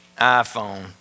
iPhone